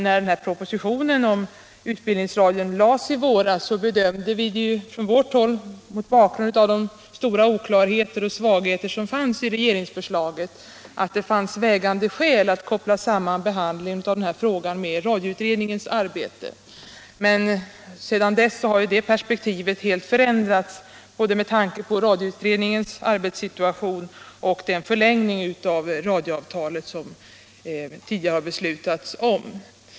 När propositionen om utbildningsradion lades fram i våras, bedömde vi från vårt håll — mot bakgrund av de stora oklarheter och svagheter som fanns i regeringsförslaget — att det fanns vägande skäl att koppla samman behandlingen av denna fråga med radioutredningens arbete. Men sedan dess har det perspektivet helt förändrats med tanke på både radioutredningens arbetssituation och den förlängning av radioavtalet som ägt rum.